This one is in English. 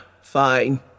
Fine